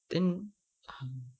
then hmm